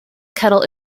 kettle